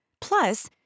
Plus